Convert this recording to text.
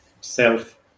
self